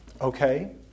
okay